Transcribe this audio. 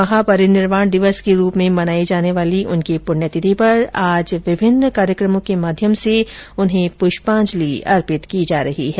महापरिनिर्वाण दिवस के रूप में मनाई जाने वाली उनकी प्रण्यतिथि पर आज विभिन्न कार्यकमों के माध्यम से उन्हें प्रष्याजंलि अर्पित की जा रही है